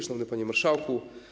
Szanowny Panie Marszałku!